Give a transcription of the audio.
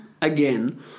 again